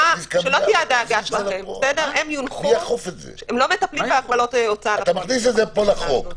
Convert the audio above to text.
הם לא מטפלים בהגבלות ההוצאה לפועל.